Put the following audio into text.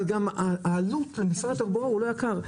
אבל גם העלות למשרד התחבורה הוא לא יקר.